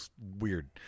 Weird